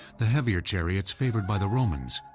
the heavier chariots, favored by the romans,